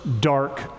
dark